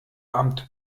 amt